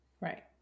right